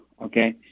okay